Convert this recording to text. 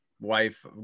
wife